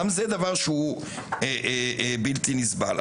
גם זה דבר שהוא בלתי נסבל.